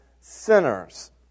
sinners